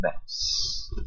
Mess